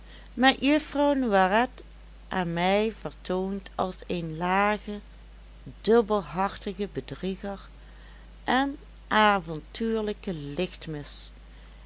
met juffrouw noiret aan mij vertoond als een lage dubbelhartige bedrieger en avontuurlijke lichtmis